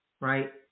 right